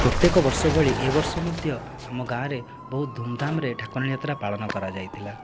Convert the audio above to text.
ପ୍ରତ୍ୟେକ ବର୍ଷ ଭଳି ଏ ବର୍ଷ ମଧ୍ୟ ଆମ ଗାଁରେ ବହୁତ ଧୁମଧାମରେ ଠାକୁରାଣି ଯାତ୍ରା ପାଳନ କରାଯାଇଥିଲା